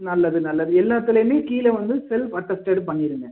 நல்லது நல்லது எல்லாத்துலையுமே கீழே வந்து செல்ஃப் அட்டஸ்டட் பண்ணிடுங்க